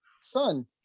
son